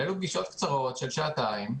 אבל אלו פגישות קצרות של שעתיים.